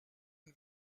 une